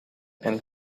and